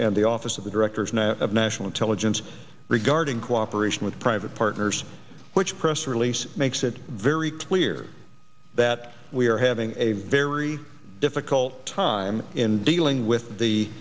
and the office of the directors of national intelligence regarding cooperation with private partners which press release makes it very clear that we are having a very difficult time in dealing with the